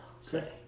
Say